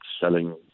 selling